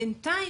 בינתיים,